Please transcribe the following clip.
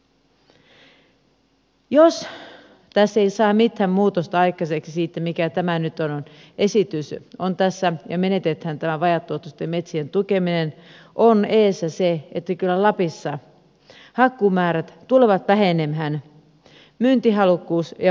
jos tässä ei saada mitään muutosta aikaiseksi siitä mikä tämä esitys nyt on tässä ja menetetään tämä vajaatuottoisten metsien tukeminen on edessä se että kyllä lapissa hakkuumäärät tulevat vähenemään ja myyntihalukkuus väheneepi